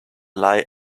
lie